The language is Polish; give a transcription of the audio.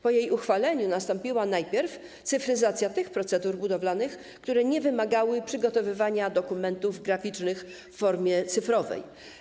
Po jej uchwaleniu najpierw nastąpiła cyfryzacja tych procedur budowlanych, które nie wymagały przygotowywania dokumentów graficznych w formie cyfrowej.